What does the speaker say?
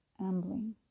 ambling